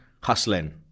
hustling